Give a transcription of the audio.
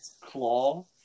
Claw